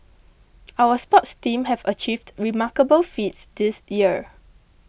our sports team have achieved remarkable feats this year